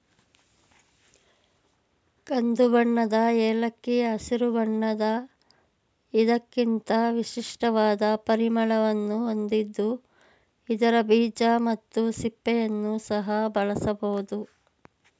ಕಂದುಬಣ್ಣದ ಏಲಕ್ಕಿ ಹಸಿರು ಬಣ್ಣದ ಇದಕ್ಕಿಂತ ವಿಶಿಷ್ಟವಾದ ಪರಿಮಳವನ್ನು ಹೊಂದಿದ್ದು ಇದರ ಬೀಜ ಮತ್ತು ಸಿಪ್ಪೆಯನ್ನು ಸಹ ಬಳಸಬೋದು